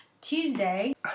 Tuesday